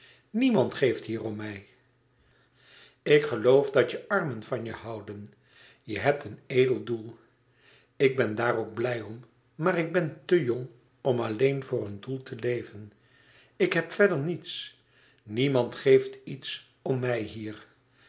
niemand geeft hier om mij ik geloof dat je armen van je houden je hebt een edel doel ik ben daar ook blij om maar ik ben te jong om alleen voor een doel te leven ik heb verder niets niemand geeft iets om mij hier